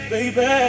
Baby